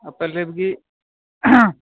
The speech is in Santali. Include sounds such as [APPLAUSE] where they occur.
ᱟᱯᱮ [UNINTELLIGIBLE]